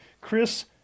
Chris